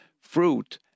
fruit